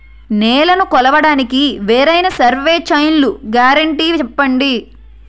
నేలనీ కొలవడానికి వేరైన సర్వే చైన్లు గ్యారంటీ చెప్పండి?